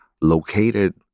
located